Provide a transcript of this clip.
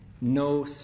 No